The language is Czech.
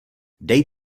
dej